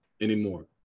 anymore